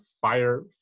fire